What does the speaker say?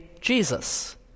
Jesus